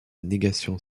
négation